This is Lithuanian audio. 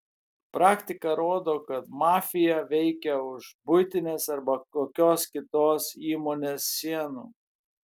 praktika rodo kad mafija veikia už buitinės arba kokios kitos įmonės sienų